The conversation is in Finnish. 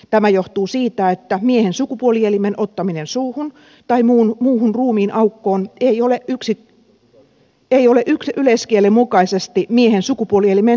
tämä johtuu siitä että miehen sukupuolielimen ottaminen suuhun tai muuhun ruumiin aukkoon ei ole yleiskielen mukaisesti miehen sukupuolielimeen tunkeutumista